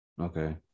Okay